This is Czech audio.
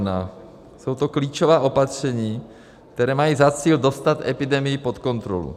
Jsou to klíčová opatření, která mají za cíl dostat epidemii pod kontrolu.